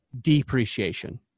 depreciation